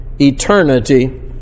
eternity